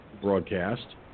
broadcast